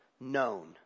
known